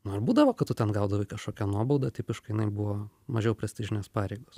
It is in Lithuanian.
nu ir būdavo kad tu ten gaudavai kažkokią nuobaudą tipiškai jinai buvo mažiau prestižinės pareigos